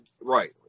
Right